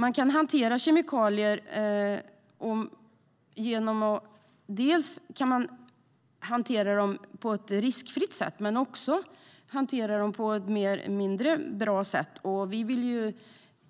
Man kan hantera kemikalier på ett riskfritt sätt, men man kan också hantera dem på sätt som är mindre bra. Vi vill ju